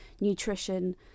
nutrition